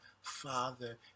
Father